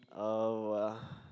oh